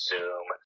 Zoom